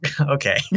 Okay